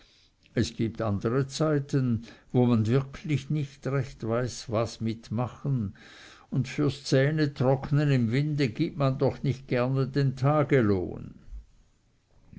es gibt andere zeiten wo man wirklich nicht recht weiß was mit machen und fürs zähnetrocknen im winde gibt man doch nicht gerne den